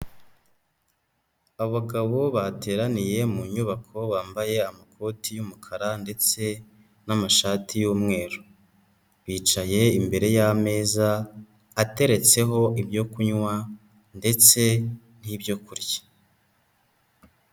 Abagabo bateraniye mu nyubako bambaye amakoti y'umukara ndetse n'amashati y'umweru, bicaye imbere y'ameza ateretseho ibyo kunywa ndetse n'ibyo kurya.